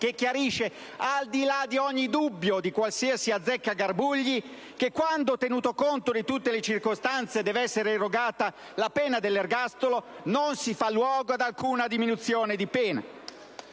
442, chiarendo, al di là di ogni dubbio di qualsiasi azzeccagarbugli, che «quando, tenuto conto di tutte le circostanze, deve essere irrogata la pena dell'ergastolo, non si fa luogo alla diminuzione di pena».